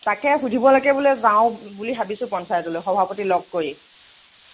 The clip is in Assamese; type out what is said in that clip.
তাকে সুধিবলৈকে বোলে যাওঁ বুলি ভাবিছোঁ পঞ্চায়তলৈ সভাপতি লগ কৰি